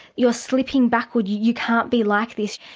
you're slipping backward, you can't be like this.